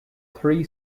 three